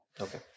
okay